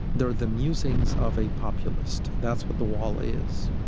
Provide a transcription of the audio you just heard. they're the musings of a populist. that's what the wall is.